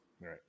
Right